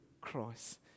cross